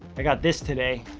i got this today.